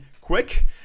quick